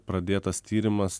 pradėtas tyrimas